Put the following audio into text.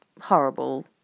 horrible